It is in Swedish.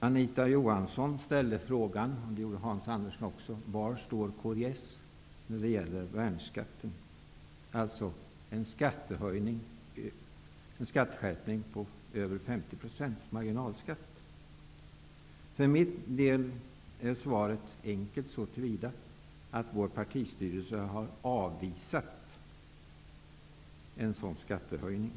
Anita Johansson ställde frågan, och det gjorde Hans Andersson också: Var står kds när det gäller värnskatten, alltså en skatteskärpning innebärande över 50 % marginalskatt? För min del är svaret enkelt så till vida att vår partistyrelse har avvisat en sådan skattehöjning.